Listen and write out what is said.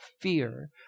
fear